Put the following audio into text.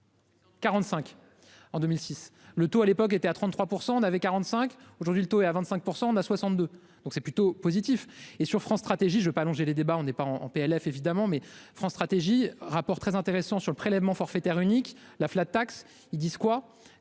45. En 2006, le tout à l'époque était à 33% d'avait 45 aujourd'hui, le taux est à 25%, on a 62, donc c'est plutôt positif et sur France Stratégie. Je veux pas allonger les débats. On n'est pas en PLF évidemment mais France stratégie rapport très intéressant sur le prélèvement forfaitaire unique la flat tax. Ils disent quoi